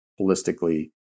holistically